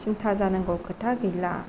सिनथा जानांगौ खोथा गैला